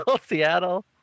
seattle